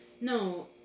No